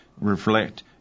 reflect